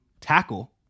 tackle